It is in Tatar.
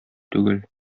түгел